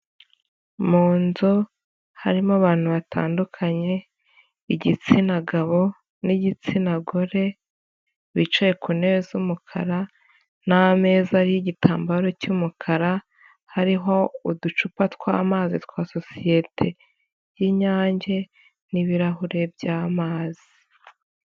Mu nzu harimo abantu batandukanye, igitsina gabo n'igitsina gore, bicaye ku ntebe z'umukara n'ameza ariho igitambaro cy'umukara, hariho uducupa tw'amazi twa sosiyete y'Inyange n'ibirahure by'amazi.